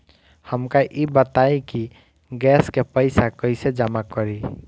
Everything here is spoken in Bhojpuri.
हमका ई बताई कि गैस के पइसा कईसे जमा करी?